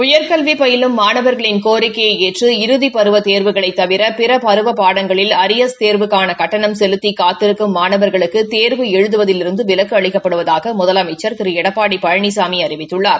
உயர்கல்வி பயிலும் மாணவர்களின் கோரிக்கையை ஏற்று இறுதி பருவத் தேர்வுகளைத் தவிர பிற பருவ பாடங்களில் அரியா்ஸ் தேர்வுக்கான கட்டணம் செலுத்தி காத்திருக்கும் மாணவா்களுக்கு தேர்வு எழுதுவதிலிருந்து விலக்கு அளிக்கப்படுவதாக முதலமைச்சன் திரு எடப்பாடி பழனிசாமி அறிவித்துள்ளார்